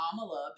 amala